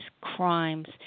crimes